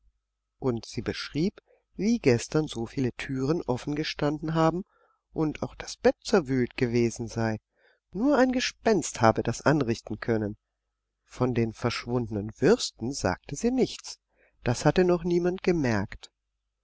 und sie beschrieb wie gestern so viele türen offen gestanden haben und auch das bett zerwühlt gewesen sei nur ein gespenst habe das anrichten können von den verschwundenen würsten sagte sie nichts das hatte noch niemand gemerkt